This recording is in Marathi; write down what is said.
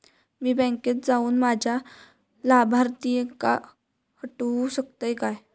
मी बँकेत जाऊन माझ्या लाभारतीयांका हटवू शकतय काय?